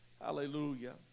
Hallelujah